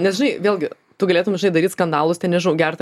nes žinai vėlgi tu galėtum žinai daryt skandalus tai nežnau